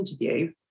interview